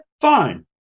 Fine